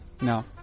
No